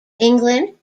england